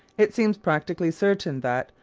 it seems practically certain that,